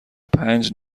پنج